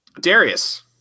Darius